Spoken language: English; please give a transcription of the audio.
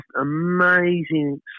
amazing